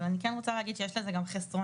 אבל אני רוצה להגיד שיש לזה גם חסרונות.